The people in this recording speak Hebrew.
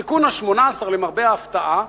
התיקון ה-18, למרבה ההפתעה,